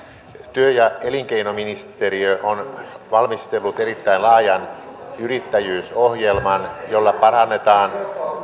työ ja elinkeinoministeriö on valmistellut erittäin laajan yrittäjyysohjelman jolla parannetaan